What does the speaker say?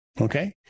Okay